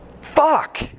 Fuck